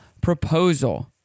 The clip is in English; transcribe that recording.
proposal